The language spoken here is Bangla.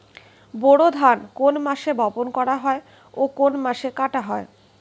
বোরো ধান কোন মাসে বপন করা হয় ও কোন মাসে কাটা হয়?